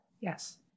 Yes